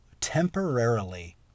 temporarily